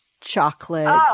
chocolate